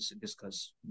discuss